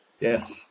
Yes